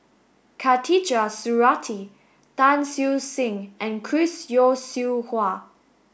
Khatijah Surattee Tan Siew Sin and Chris Yeo Siew Hua